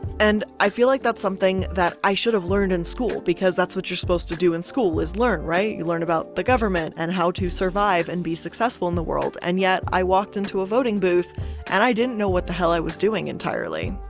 and i feel like that's something that i should have learned in school, because that's what you're supposed to do in school is learn, right. you learn about the government, and how to survive, and be successful in the world. and yet i walked into a voting booth and i didn't know what the hell i was doing entirely.